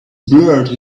blurred